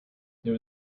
there